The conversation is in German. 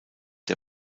der